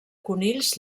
conills